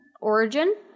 origin